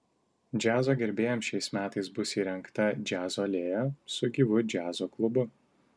džiazo gerbėjams šiais metais bus įrengta džiazo alėja su gyvu džiazo klubu